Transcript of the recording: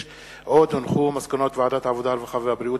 (תיקון, איסור הרג בעלי-חיים),